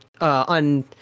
on